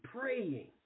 praying